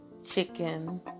chicken